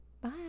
Bye